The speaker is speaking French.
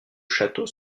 château